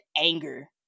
anger